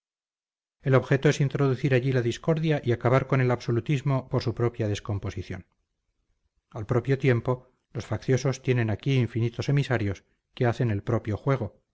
el objeto es introducir allí la discordia y acabar con el absolutismo por su propia descomposición al propio tiempo los facciosos tienen aquí infinitos emisarios que hacen el propio juego